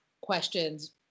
questions